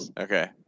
Okay